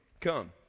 Come